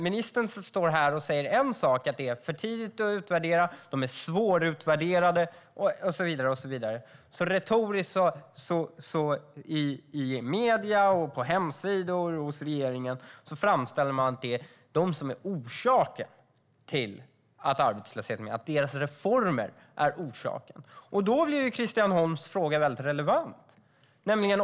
Ministern står här och säger att det är för tidigt att utvärdera, att effekterna är svårtutvärderade och så vidare. Trots det framställer man det i medierna, på hemsidor och hos regeringen som att det är reformerna som är orsaken till att arbetslösheten sjunker. Då blir Christian Holm Barenfelds fråga väldigt relevant.